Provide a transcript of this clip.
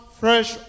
fresh